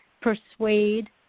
persuade